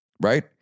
Right